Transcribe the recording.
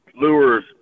lures